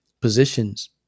positions